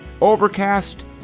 Overcast